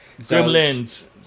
gremlins